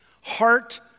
Heart